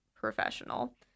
professional